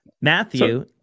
Matthew